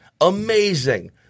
amazing